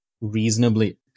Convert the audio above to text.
reasonably